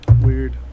Weird